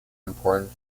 important